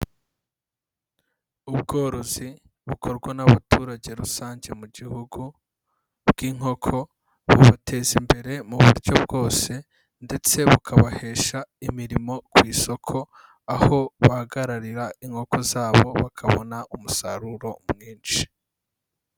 Ubworozi bukorwa n'abaturage rusange mu gihugu bw'inkoko, bubateza imbere mu buryo bwose ndetse bukabahesha imirimo ku isoko, aho bahagararira inkoko zabo bakabona umusaruro mwinshi.